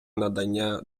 надання